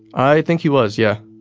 i think he was, yeah.